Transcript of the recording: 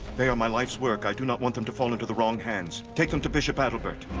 they are my life's work. i do not want them to fall into the wrong hands. take them to bishop adalbert.